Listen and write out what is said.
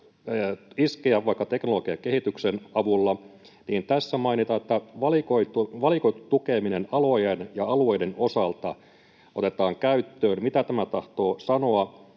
iskeä vaikka teknologiakehityksen avulla, niin tässä mainitaan, että valikoitu tukeminen alojen ja alueiden osalta otetaan käyttöön. Mitä tämä tahtoo sanoa?